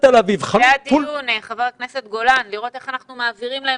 היה דיון לראות איך אנחנו מעבירים להם